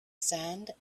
sand